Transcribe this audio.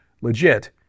legit